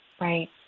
Right